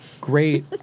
Great